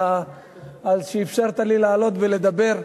על שאפשרת לי לעלות ולדבר.